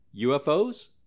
UFOs